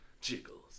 Jiggles